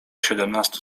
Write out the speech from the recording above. siedemnastu